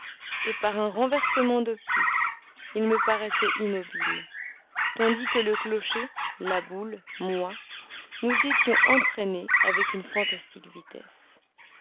et par un renversement d'optique ils me paraissaient immobiles tandis que le clocher la boule moi nous étions entraînés avec une fantastique vitesse